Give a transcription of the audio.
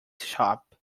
shop